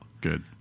Good